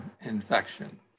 infection